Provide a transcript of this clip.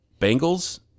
Bengals